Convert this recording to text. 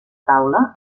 taula